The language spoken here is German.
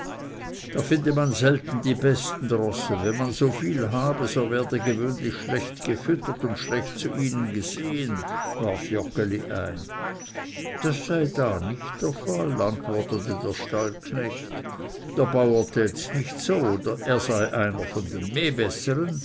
da finde man selten die besten rosse wenn man so viel habe so werde gewöhnlich schlecht gefüttert und schlecht zu ihnen gesehen warf joggeli ein das sei da nicht der fall antwortete der stallknecht der bauer täts nicht so das sei einer von den